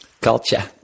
Culture